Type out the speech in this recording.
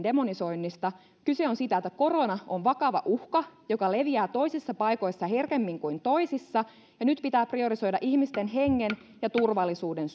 demonisoinnista kyse on siitä että korona on vakava uhka joka leviää toisissa paikoissa herkemmin kuin toisissa ja nyt pitää priorisoida ihmisten hengen ja turvallisuuden